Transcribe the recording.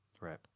Right